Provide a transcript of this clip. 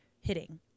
hitting